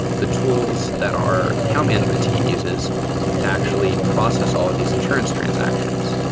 the tools that our account management team uses to actually process all of these insurance transactions.